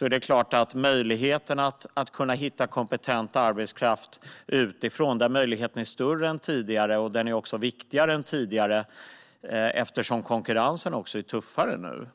är det klart att möjligheten att hitta kompetent arbetskraft utifrån är större än tidigare. Den är också viktigare än tidigare, eftersom konkurrensen är tuffare nu. Fru talman!